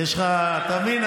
יש לך, אתה מבין?